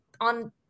on